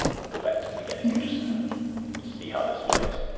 and go back to the beginning, we'll just see how this plays.